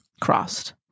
crossed